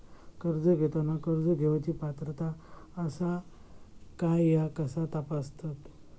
कर्ज घेताना कर्ज घेवची पात्रता आसा काय ह्या कसा तपासतात?